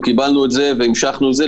קיבלנו את זה אצלנו והמשכנו עם זה,